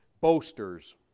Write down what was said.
boasters